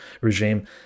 regime